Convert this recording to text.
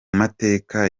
mateka